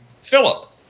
Philip